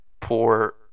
Poor